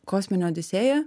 kosminė odisėja